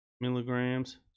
milligrams